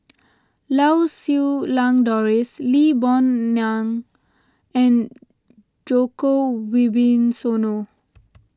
Lau Siew Lang Doris Lee Boon Ngan and Djoko Wibisono